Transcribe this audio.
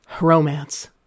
Romance